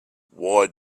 why